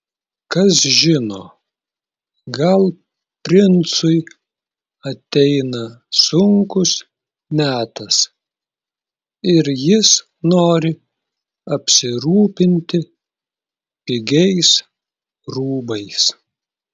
kas žino gal princui ateina sunkus metas ir jis nori apsirūpinti pigiais rūbais